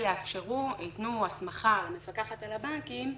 שיאפשרו, יתנו הסמכה למפקחת על הבנקים,